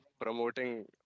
promoting